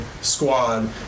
squad